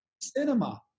cinema